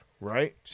right